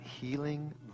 healing